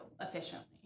efficiently